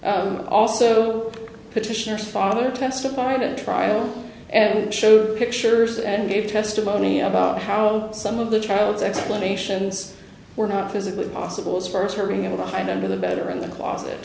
also petitioner's father testified at trial and showed pictures and gave testimony about how some of the child's explanations were not physically possible as far as her being able to hide under the bed or in the closet